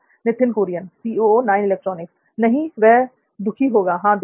नित्थिन कुरियन नहीं वह दुखी होगा हां दुखी